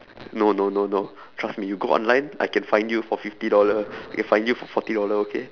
no no no no trust me you go online I can find you for fifty dollar I can find you for forty dollar okay